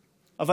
לו,